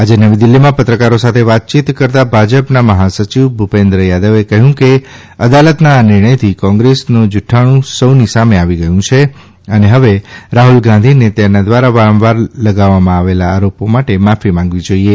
આજે નવી દિલ્લીમાં પત્રકારો સાથે વાતચીત કરતા ભાજપના મહાસચિવ ભુપેન્દ્ર યાદવે કહ્યું છેકે અદાલતના આ નિર્ણયથી કોંગ્રેસનો જુક્રાણુ સૌની સામે આવી ગયું છે અને હવે રાહ્લ ગાંધીને તેમના દ્વારા વારંવાર લગાવવામાં આવેલા આરોપો માટે માફી માંગવી જોઈએ